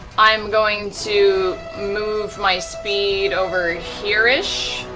i'm going to move my speed over here-ish.